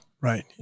right